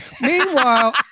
Meanwhile